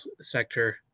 sector